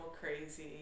crazy